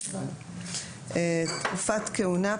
תקופת כהונה,